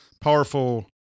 powerful